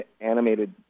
animated